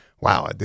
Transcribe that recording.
wow